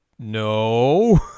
no